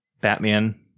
Batman